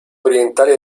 orientali